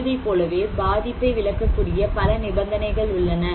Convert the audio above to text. கூறியதைப் போலவே பாதிப்பை விளக்கக்கூடிய பல நிபந்தனைகள் உள்ளன